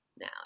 now